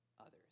others